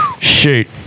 shoot